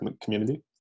community